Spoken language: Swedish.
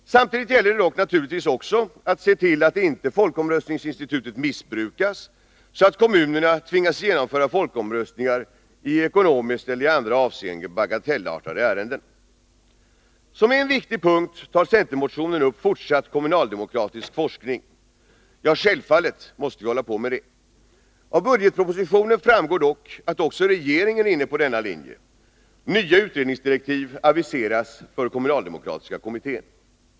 Samtidigt gäller det dock naturligtvis att se till att inte folkomröstningsinstitutet missbrukas, så att kommunerna tvingas genomföra folkomröstningar i ärenden som i ekonomiska eller andra avseenden är bagatellartade. Som en viktig punkt tar centermotionen upp fortsatt kommunaldemokratisk forskning. Ja, självfallet måste vi fortsätta forska. Av budgetpropositionen framgår dock att även regeringen är inne på denna linje. Nya utredningsdirektiv aviseras för kommunaldemokratiska kommittén.